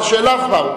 הוא אמר שאליו באו.